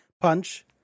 punch